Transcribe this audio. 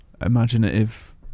imaginative